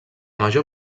major